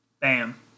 Bam